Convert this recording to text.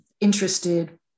interested